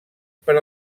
per